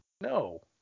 No